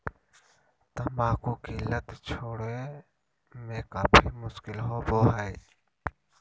तंबाकू की लत छोड़े में काफी मुश्किल होबो हइ